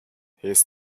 his